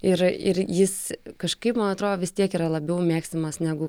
ir ir jis kažkaip man atrodo vis tiek yra labiau mėgstamas negu